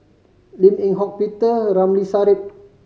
Lim Eng Hock Petere Ng Ramli Sarip